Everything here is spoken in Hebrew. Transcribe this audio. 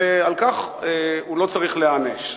ועל כך הוא לא צריך להיענש.